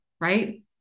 right